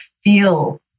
feel